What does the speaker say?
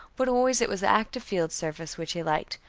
but always it was active field service which he liked,